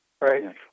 Right